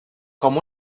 com